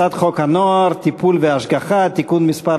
הצעת חוק הנוער (טיפול והשגחה) (תיקון מס'